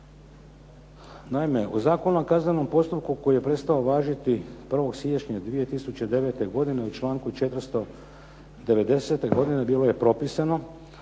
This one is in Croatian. Naime, u Zakonu o kaznenom postupku koji je prestao važiti 1. siječnja 2009. godine u članku 400. '90. godine bilo je propisano